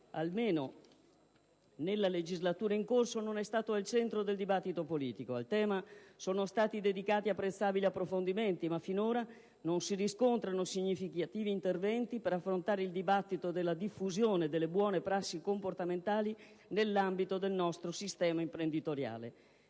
almeno nella legislatura in corso, non è stato al centro del dibattito politico. A questo argomento sono stati dedicati apprezzabili approfondimenti, ma finora non si riscontrano significativi interventi per affrontare il dibattito della diffusione delle buone prassi comportamentali nell'ambito del nostro sistema imprenditoriale.